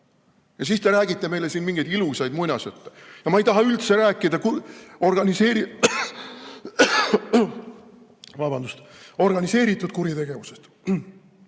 Ja siis te räägite meile siin mingeid ilusaid muinasjutte. Ma ei taha üldse rääkida organiseeritud kuritegevusest.